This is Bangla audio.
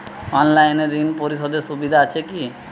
অনলাইনে ঋণ পরিশধের সুবিধা আছে কি?